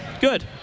Good